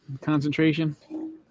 concentration